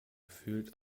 gefühlt